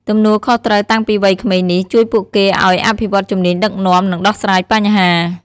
ទំនួលខុសត្រូវតាំងពីវ័យក្មេងនេះ ជួយពួកគេឱ្យអភិវឌ្ឍជំនាញដឹកនាំ និងដោះស្រាយបញ្ហា។